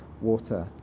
water